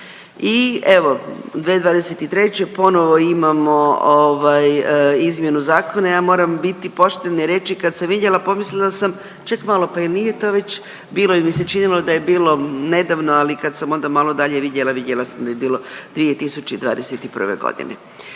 I evo 2023. ponovo imamo ovaj izmjenu zakona i ja moram biti poštena i reći kad sam vidjela pomislila sam ček malo pa jel nije to već bilo ili mi se činilo da je bilo nedavno, ali kad sam onda malo dalje vidjela vidjela sam da je bilo u 2021. godini.